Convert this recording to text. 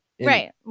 Right